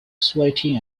sweaty